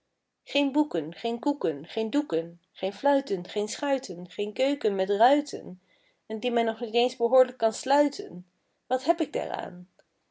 geen boeken geen koeken geen doeken geen fluiten geen schuiten geen keuken met ruiten en die men nog niet eens behoorlijk kan sluiten wat heb ik daaraan